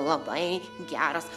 labai geras